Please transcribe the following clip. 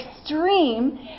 extreme